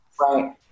Right